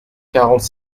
quarante